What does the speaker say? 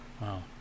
wow